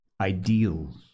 ideals